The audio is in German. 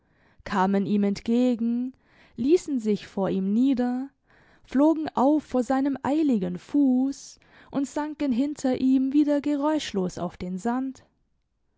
kamen ihm entgegen liessen sich vor ihm nieder flogen auf vor seinem eiligen fuss und sanken hinter ihm wieder geräuschlos auf den sand